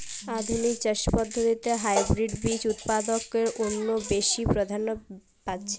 আধুনিক চাষ পদ্ধতিতে হাইব্রিড বীজ উৎপাদন অনেক বেশী প্রাধান্য পাচ্ছে